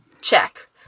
Check